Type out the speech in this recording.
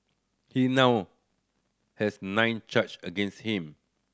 he now has nine charge against him